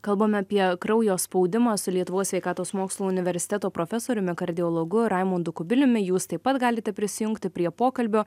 kalbam apie kraujo spaudimą su lietuvos sveikatos mokslų universiteto profesoriumi kardiologu raimondu kubiliumi jūs taip pat galite prisijungti prie pokalbio